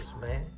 man